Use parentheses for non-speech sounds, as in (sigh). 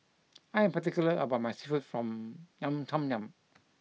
(noise) I am particular about my Seafood Tom Yum